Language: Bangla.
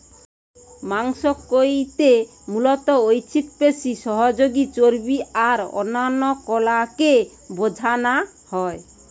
মাংস কইতে মুলত ঐছিক পেশি, সহযোগী চর্বী আর অন্যান্য কলাকে বুঝানা হয়